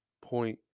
point